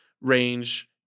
range